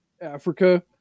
Africa